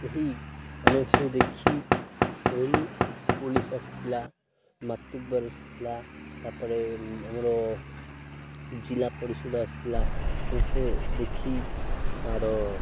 ଏହି ଆମେ ସବୁ ଦେଖି କହିଲୁ ପୋଲିସ୍ ଆସିଥିଲା ମତକବାର ଆସିଥିଲା ତାପରେ ଆମର ଜିଲ୍ଲା ପରିଶୋଧ ଆସିଥିଲା ସମସ୍ତେ ଦେଖି ତାର